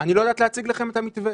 אני לא יודעת להציג לכם את המתווה.